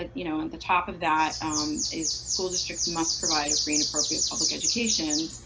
at you know and the top of that is school districts and must provide a free and appropriate public education,